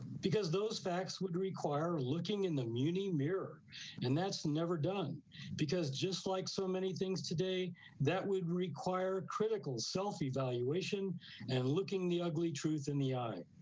because those facts would require looking in the mirror and that's never done because just like so many things today that would require critical self evaluation and looking the ugly truth in the eye.